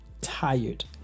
Tired